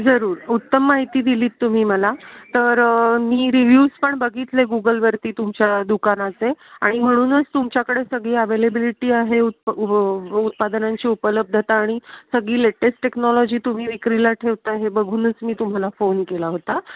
जरूर उत्तम माहिती दिलीत तुम्ही मला तर मी रिव्ह्यूज पण बघितले गुगलवरती तुमच्या दुकानाचे आणि म्हणूनच तुमच्याकडे सगळी अवेलेबिलिटी आहे उत्पा उत्पादनांची उपलब्धता आणि सगळी लेटेस्ट टेक्नॉलॉजी तुम्ही विक्रीला ठेवता हे बघूनच मी तुम्हाला फोन केला होता